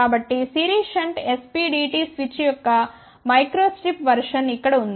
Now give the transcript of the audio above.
కాబట్టి series shunt SPDT switch యొక్క microstrip version ఇక్కడ ఉంది